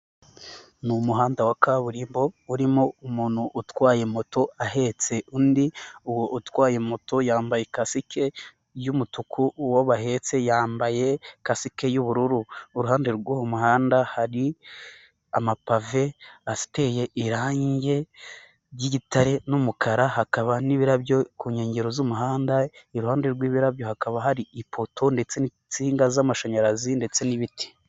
Ni umuhanda wa kaburimbo urimo umuntu utwaye moto ahetse undi, uwo utwaye moto yambaye ikasike y'umutuku uwo bahetse yambaye kasike y'ubururu, ku ruhande rw'uwo muhanda hari amapave ateye irangi ry'igitare n'umukara, hakaba n'ibirabyo ku nkengero z'umuhanda, iruhande rw'ibirabyo hakaba hari ipoto ndetse n'insinga z'amashanyarazi ndetse n'ibiti.